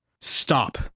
Stop